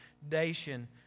foundation